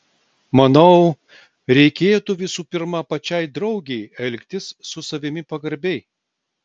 manau reikėtų visų pirma pačiai draugei elgtis su savimi pagarbiai